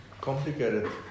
Complicated